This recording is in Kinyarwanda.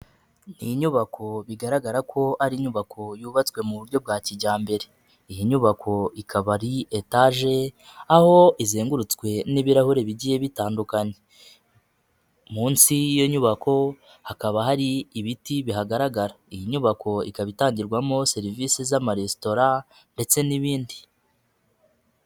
Ni inyubako bigaragara ko ari inyubako yubatswe mu buryo bwa kijyambere, iyi nyubako ikaba ari etage, aho izengurutswe n'ibirahuri bigiye bitandukanya, munsi y'iyo nyubako, hakaba hari ibiti bihagaragara, iyi nyubako ikaba itangirwamo serivisi z' amaresitora ndetse n'ibindi.